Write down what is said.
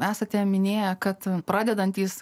esate minėję kad pradedantys